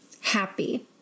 happy